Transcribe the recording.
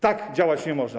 Tak działać nie można.